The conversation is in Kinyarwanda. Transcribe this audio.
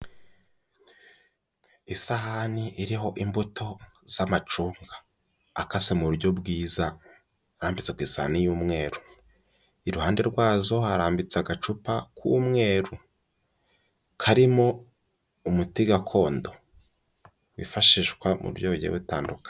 Isahani iriho imbuto z'amacunga akase mu buryo bwiza arambitse ku isani y'umweru. Iruhande rwazo harambitse agacupa k'umweru karimo umuti gakondo wifashishwa mu buryo bugiye butandukanye.